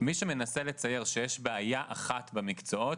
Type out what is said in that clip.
מי שמנסה לצייר את זה כך שיש בעיה אחת במקצועות,